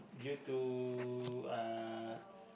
due to uh